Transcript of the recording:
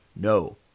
No